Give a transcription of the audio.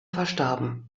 verstarben